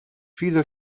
viele